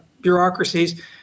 bureaucracies